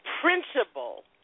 principle